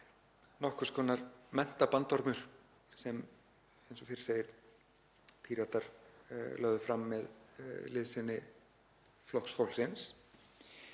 nokkurs konar menntabandormur sem, eins og fyrr segir, Píratar lögðu fram með liðsinni Flokks fólksins.